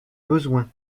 besoins